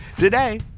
Today